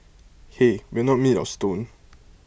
hey we're not made of stone